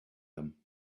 them